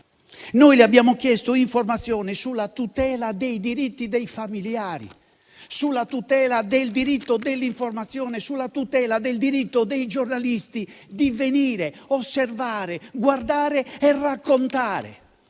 le abbiamo chiesto informazioni sulla tutela dei diritti dei familiari, sulla tutela del diritto dell'informazione, sulla tutela del diritto dei giornalisti di venire, osservare, guardare e raccontare.